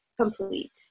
complete